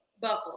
Buffalo